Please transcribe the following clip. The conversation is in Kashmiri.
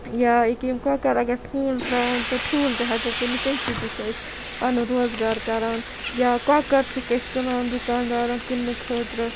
یا ییٚکیاہ یِم کۄکَر اَگَر ٹھوٗل تراوان تہٕ ٹھوٗل تہِ ہیٚکو کٕنِتھ تمہِ سۭتۍ تہِ چھِ أسۍ پَنُن روزگار کَران یا کۄکَر چھِکھ أس کٕنان دُکاندارَن کٕننہٕ خٲطرٕ